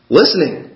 listening